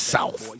South